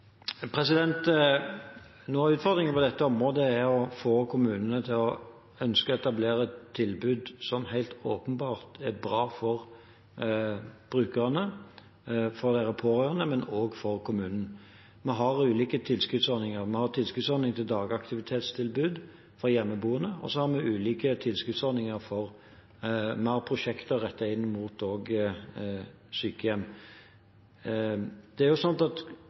Noe av utfordringen på dette området er å få kommunene til å ønske å etablere et tilbud som helt åpenbart er bra for brukerne, for deres pårørende og også for kommunene. Vi har ulike tilskuddsordninger. Vi har tilskuddsordninger for dagaktivitetstilbud for hjemmeboende, og så har vi prosjekter rettet inn mot sykehjem. Kommunene har i utgangspunktet gode økonomiske incentiver, spesielt når det